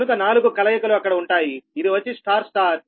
కనుక నాలుగు కలయికలు అక్కడ ఉంటాయి ఇది వచ్చి స్టార్ స్టార్